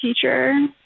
teacher